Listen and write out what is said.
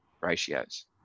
ratios